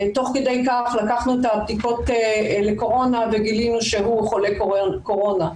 תוך כדי כך לקחנו את הבדיקות לקורונה וגילינו שהוא חולה קורונה.